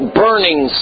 burning